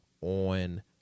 on